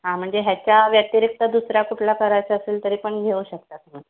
हां म्हणजे ह्याच्या व्यतिरिक्त दुसरा कुठला करायचा असेल तरी पण घेऊ शकता तुम्ही